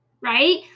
right